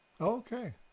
Okay